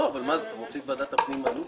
אתם מוציאים את ועדת הפנים מהלופ